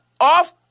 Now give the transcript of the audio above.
off